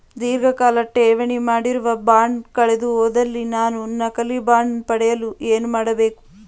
ಧೀರ್ಘಕಾಲ ಠೇವಣಿ ಮಾಡಿರುವ ಬಾಂಡ್ ಕಳೆದುಹೋದಲ್ಲಿ ನಾನು ನಕಲಿ ಬಾಂಡ್ ಪಡೆಯಲು ಏನು ಮಾಡಬೇಕು?